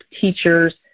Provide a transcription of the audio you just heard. teachers